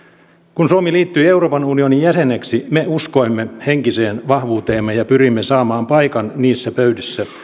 kun suomi liittyi euroopan unionin jäseneksi me uskoimme henkiseen vahvuuteemme ja pyrimme saamaan paikan niissä pöydissä